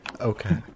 Okay